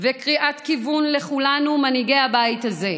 וקריאת כיוון לכולנו, מנהיגי הבית הזה.